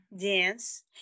dance